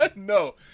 No